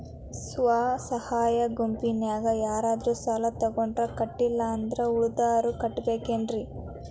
ಸ್ವ ಸಹಾಯ ಗುಂಪಿನ್ಯಾಗ ಯಾರಾದ್ರೂ ಸಾಲ ತಗೊಂಡು ಕಟ್ಟಿಲ್ಲ ಅಂದ್ರ ಉಳದೋರ್ ಕಟ್ಟಬೇಕೇನ್ರಿ?